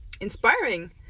inspiring